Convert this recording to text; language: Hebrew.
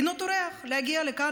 אינו טורח להגיע לכאן,